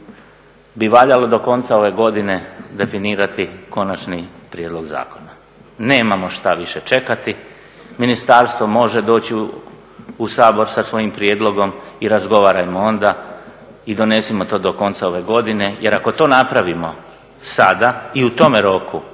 bi valjalo do konca ove godine definirati konačni prijedlog zakona. Nemamo što više čekati, ministarstvo može doći u Sabor sa svojim prijedlogom i razgovarajmo onda i donesimo to do konca ove godine. Jer ako to napravimo sada i u tome roku